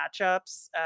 matchups